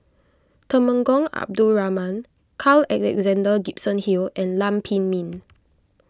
Temenggong Abdul Rahman Carl Alexander Gibson Hill and Lam Pin Min